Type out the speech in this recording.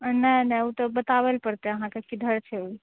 नहि नहि ओ तऽ बताबै लै पड़तै अहाँके किधर छै ओ